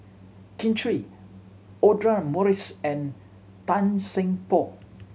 Kin Chui Audra Morrice and Tan Seng Poh